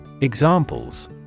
Examples